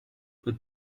but